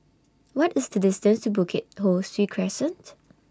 What IS The distance to Bukit Ho Swee Crescent